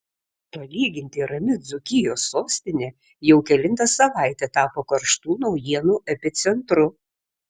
palyginti rami dzūkijos sostinė jau kelintą savaitę tapo karštų naujienų epicentru